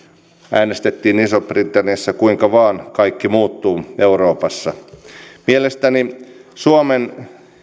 äänestettiin isossa britanniassa kuinka vain kaikki muuttuu euroopassa mielestäni suomen